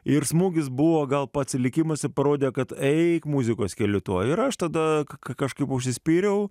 ir smūgis buvo gal pats likimas ir parodė kad eik muzikos keliu tuo ir aš tada kažkaip užsispyriau